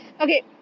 Okay